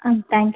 ah thank you